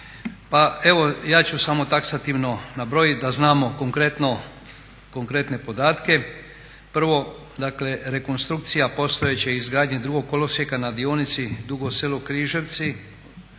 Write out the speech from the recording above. evo ja ću samo taksativno nabrojiti, a znamo konkretne podatke. Prvo, dakle rekonstrukcija postojeće i izgradnja drugog kolosijeka na dionici Dugo Selo-Križevci,